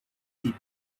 deep